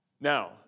Now